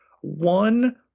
One